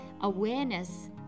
Awareness